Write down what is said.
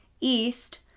East